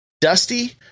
Dusty